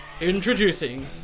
Introducing